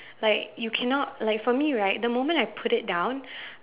like you cannot like for me right the moment I put it down